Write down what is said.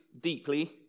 deeply